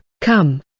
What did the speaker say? come